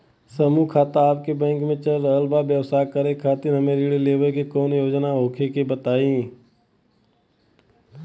समूह खाता आपके बैंक मे चल रहल बा ब्यवसाय करे खातिर हमे ऋण लेवे के कौनो योजना होखे त बताई?